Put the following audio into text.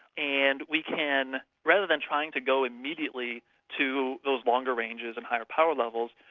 and we can, rather than trying to go immediately to those longer ranges and higher power levels,